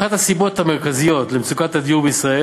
אחת הסיבות המרכזיות למצוקת הדיור בישראל